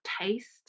taste